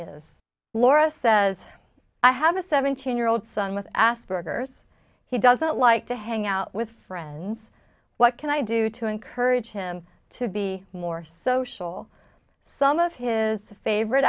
is laura says i have a seventeen year old son with asperger's he doesn't like to hang out with friends what can i do to encourage him to be more social some of his favorite